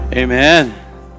Amen